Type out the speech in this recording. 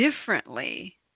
differently